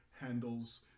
handles